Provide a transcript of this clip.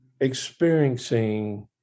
experiencing